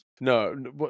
No